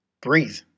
Breathe